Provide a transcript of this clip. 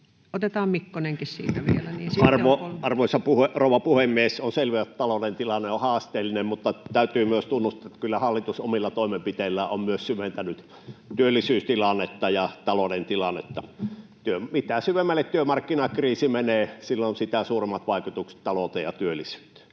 vielä. — Eskelinen, olkaa hyvä. Arvoisa rouva puhemies! On selvä, että talouden tilanne on haasteellinen, mutta täytyy myös tunnustaa, että kyllä hallitus omilla toimenpiteillään on myös syventänyt työllisyystilannetta ja talouden tilannetta. Mitä syvemmälle työmarkkinakriisi menee, sitä suuremmat vaikutukset sillä on talouteen ja työllisyyteen.